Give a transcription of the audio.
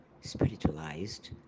spiritualized